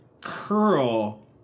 curl